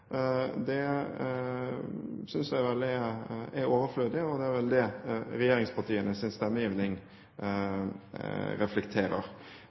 med, synes jeg er overflødig, og det er vel det regjeringspartienes stemmegivning reflekterer.